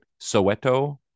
Soweto